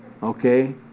Okay